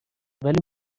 ولی